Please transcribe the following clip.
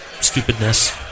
stupidness